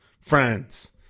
friends